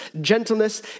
gentleness